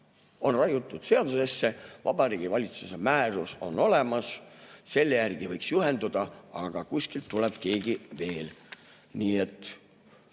on raiutud seadusesse, Vabariigi Valitsuse määrus on olemas, selle järgi võiks juhinduda, aga kuskilt tuleb keegi veel. Nii et